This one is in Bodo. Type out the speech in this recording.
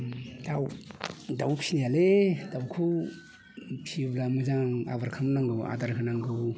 दाउ फिनाया दाउखौ फियोब्ला मोजां आबार खालामनांगौ मोजां आदार होनांगौ